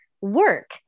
work